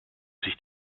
sich